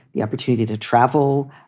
the opportunity to travel,